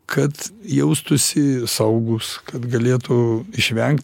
kad jaustųsi saugūs kad galėtų išvengt